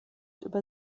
über